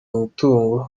mitungo